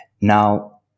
Now